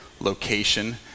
location